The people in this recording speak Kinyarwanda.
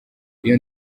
iyo